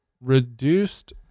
reduced